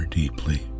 deeply